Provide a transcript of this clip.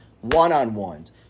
one-on-ones